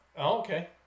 Okay